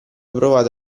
provato